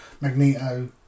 Magneto